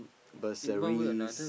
bursaries